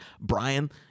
Brian